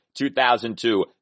2002